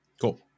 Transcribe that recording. Cool